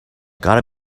gotta